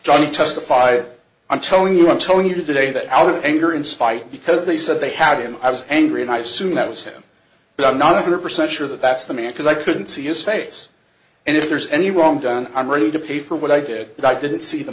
drug testified i'm telling you i'm telling you today that out of anger and spite because they said they had him i was angry and i soon that was him but i'm not a hundred percent sure that that's the man because i couldn't see his face and if there's any wrong done i'm ready to pay for what i did and i didn't see the